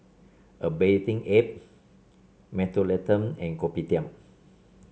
A Bathing Ape Mentholatum and Kopitiam